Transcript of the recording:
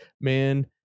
Man